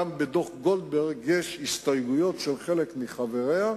גם בדוח-גולדברג יש הסתייגויות של חלק מחבריה,